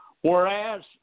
whereas